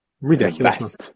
Ridiculous